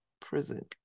prison